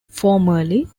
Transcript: formerly